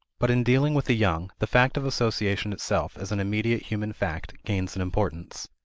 but in dealing with the young, the fact of association itself as an immediate human fact, gains in importance.